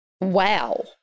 Wow